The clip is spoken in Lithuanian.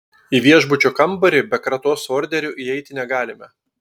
į viešbučio kambarį be kratos orderio įeiti negalime